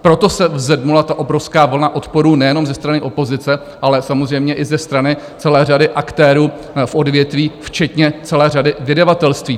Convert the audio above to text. Proto se vzedmula ta obrovská vlna odporu nejenom ze strany opozice, ale samozřejmě i ze strany celé řady aktérů v odvětví, včetně celé řady vydavatelství.